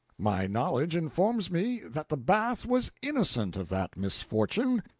my knowledge informs me that the bath was innocent of that misfortune,